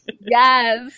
Yes